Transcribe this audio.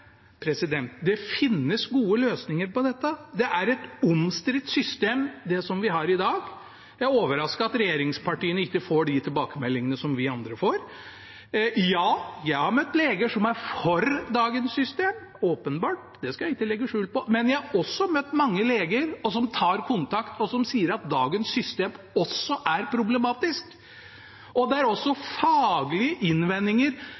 Det finnes gode løsninger på dette. Det er et omstridt system, det vi har i dag. Jeg er overrasket over at regjeringspartiene ikke får de tilbakemeldingene som vi andre får. Ja, jeg har møtt leger som er for dagens system, det skal jeg ikke legge skjul på. Men jeg har også møtt mange leger som tar kontakt og sier at dagens system også er problematisk. Det er også faglige innvendinger